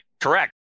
correct